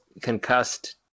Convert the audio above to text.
concussed